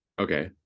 okay